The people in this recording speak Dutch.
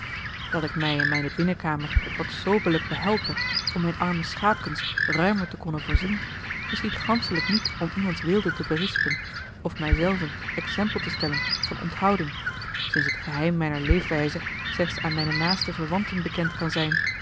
dat ik mij in mijne binnenkamer wat soberlijk behelpe om mijne arme schaapkens ruimer te konnen voorzien geschiedt ganschelijk niet om iemands weelde te berispen of mij zelven exempel te stellen van onthouding sinds het geheim mijner leefwijze slechts aan mijne naaste verwanten bekend kan zijn